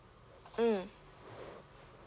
mm